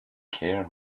care